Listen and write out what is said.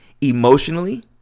emotionally